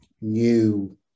new